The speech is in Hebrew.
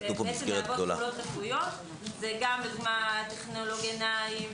זה גם טכנולוג עיניים,